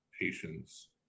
Patients